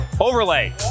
overlay